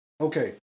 okay